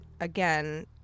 again